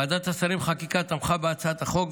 ועדת שרים לחקיקה תמכה בהצעת החוק,